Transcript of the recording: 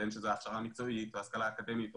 בין שזאת הכשרה מקצועית או השכלה אקדמית או